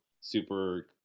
super